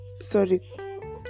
sorry